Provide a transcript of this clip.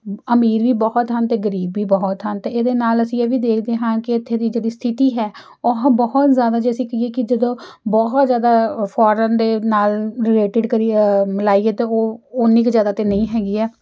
ਬ ਅਮੀਰ ਵੀ ਬਹੁਤ ਹਨ ਅਤੇ ਗਰੀਬ ਵੀ ਬਹੁਤ ਹਨ ਅਤੇ ਇਹਦੇ ਨਾਲ ਅਸੀਂ ਇਹ ਵੀ ਦੇਖਦੇ ਹਾਂ ਕਿ ਇੱਥੇ ਦੀ ਜਿਹੜੀ ਸਥਿਤੀ ਹੈ ਉਹ ਬਹੁਤ ਜ਼ਿਆਦਾ ਜੇ ਅਸੀਂ ਕਹੀਏ ਕਿ ਜਦੋਂ ਬਹੁਤ ਜ਼ਿਆਦਾ ਅ ਫੋਰਨ ਦੇ ਨਾਲ ਰਿਲੇਟਡ ਕਰੀ ਮਿਲਾਈਏ ਤਾਂ ਉਹ ਓਨੀ ਕੁ ਜ਼ਿਆਦਾ ਤਾਂ ਨਹੀਂ ਹੈਗੀ ਆ